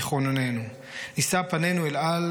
ויחוננו / נישא פנינו אל על,